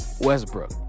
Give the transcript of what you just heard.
Westbrook